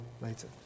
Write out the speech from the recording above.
later